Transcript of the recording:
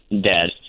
dead